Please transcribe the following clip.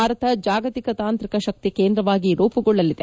ಭಾರತ ಜಾಗತಿಕ ತಾಂತ್ರಿಕ ಶಕ್ತಿ ಕೇಂದ್ರವಾಗಿ ರೂಪುಗೊಳ್ಳಲಿದೆ